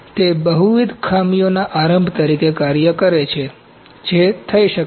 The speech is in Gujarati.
તેથી તે બહુવિધ ખામીઓના આરંભ તરીકે કાર્ય કરે છે જે થઈ શકે છે